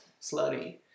slutty